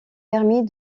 permis